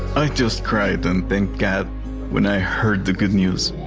i just cried and thanked god when i heard the good news.